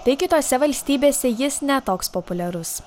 tai kitose valstybėse jis ne toks populiarus